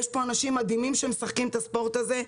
יש פה אנשים מדהימים שמשחקים את הספורט הזה,